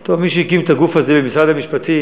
טוב, מי שהקים את הגוף הזה במשרד המשפטים